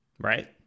Right